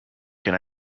can